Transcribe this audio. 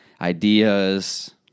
ideas